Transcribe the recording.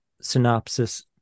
synopsis